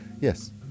yes